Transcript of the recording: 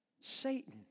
Satan